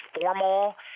formal